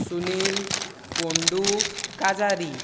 सुनिल फोंडू काजारी